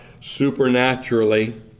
supernaturally